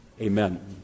amen